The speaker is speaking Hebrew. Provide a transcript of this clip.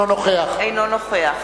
אינו נוכח